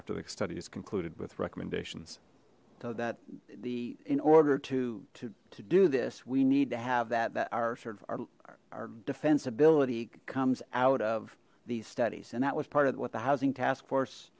after the study is concluded with recommendations so that the in order to do this we need to have that that our sort of our defense ability comes out of these studies and that was part of what the housing task force